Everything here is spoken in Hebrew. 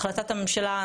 החלטת הממשלה,